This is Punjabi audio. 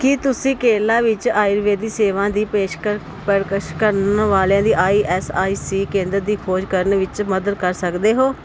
ਕੀ ਤੁਸੀਂ ਕੇਰਲਾ ਵਿੱਚ ਆਯੁਰਵੇਦ ਦੀ ਸੇਵਾ ਦੀ ਪੇਸ਼ਕਸ਼ ਪਰਕਸ਼ ਕਰਨ ਵਾਲਿਆਂ ਦੀ ਆਈ ਐੱਸ ਆਈ ਸੀ ਕੇਂਦਰ ਦੀ ਖੋਜ ਕਰਨ ਵਿੱਚ ਮਦਦ ਕਰ ਸਕਦੇ ਹੋ